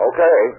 Okay